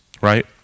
right